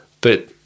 but-